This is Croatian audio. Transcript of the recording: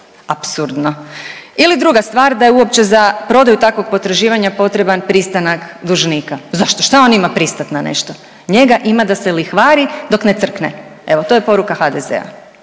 Apsurdno! Ili druga stvar da je uopće za prodaju takvog potraživanja potreban pristanak dužnika. Zašto? Šta on ima pristat na nešto? Njega ima da se lihvari dok ne crkne. Evo to je poruka HDZ-a.